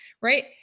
right